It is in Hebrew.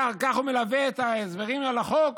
כך הוא מלווה את ההסברים לחוק.